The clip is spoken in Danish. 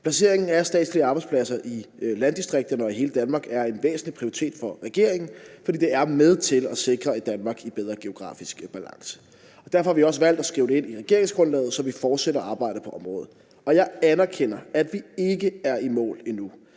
Placeringen af statslige arbejdspladser i landdistrikterne og i hele Danmark er en væsentlig prioritet for regeringen, fordi det er med til at sikre et Danmark i bedre geografisk balance. Derfor har vi også valgt at skrive det ind i regeringsgrundlaget. Så vi fortsætter arbejdet på området. Jeg anerkender, at vi ikke er i mål endnu,